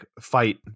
fight